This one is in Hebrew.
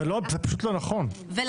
זו לא אמירה נכונה.